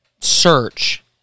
search